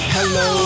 Hello